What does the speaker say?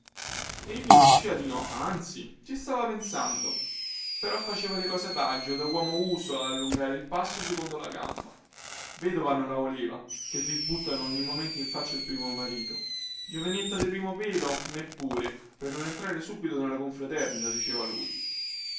egli non diceva di no anzi ci stava pensando però faceva le cose adagio da uomo uso ad allungare il passo secondo la gamba vedova non la voleva chè vi buttano ogni momento in faccia il primo marito giovinetta di primo pelo neppure per non entrare subito nella confraternita diceva lui